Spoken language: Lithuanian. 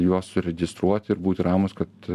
juos suregistruoti ir būti ramūs kad